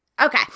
Okay